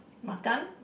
makan